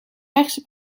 rechtse